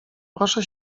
proszę